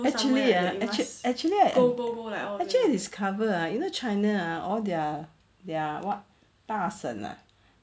actually ah actua~ actually I actually I discover ah you know china ah all their their what 大神 ah